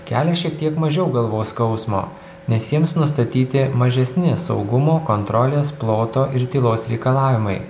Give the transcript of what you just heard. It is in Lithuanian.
kelia šiek tiek mažiau galvos skausmo nes jiems nustatyti mažesni saugumo kontrolės ploto ir tylos reikalavimai